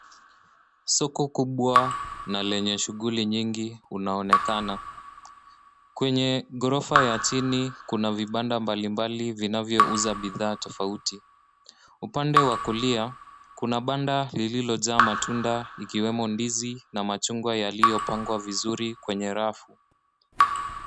Soko kubwa na lenye shughuli nyingi unaonekana. Kwenye ghorofa ya chini kuna vibanda mbalimbali vinavyouza bidhaa tofauti. Upande wa kulia, kuna banda lililojaa matunda ikiwemo ndizi na machungwa yaliyopangwa vizuri kwenye rafu.